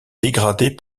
dégradée